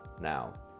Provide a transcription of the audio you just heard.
Now